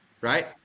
right